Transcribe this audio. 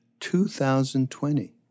2020